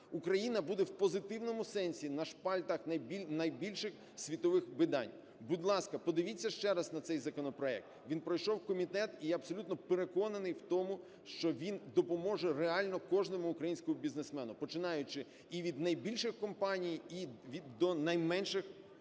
Україна буде в позитивному сенсі на шпальтах найбільших світових видань. Будь ласка, подивіться ще раз на цей законопроект, він пройшов комітет, і я абсолютно переконаний в тому, що він допоможе реально кожному українському бізнесмену, починаючи і від найбільших компаній, і до найменших фізичних